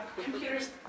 computers